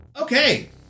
Okay